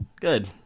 good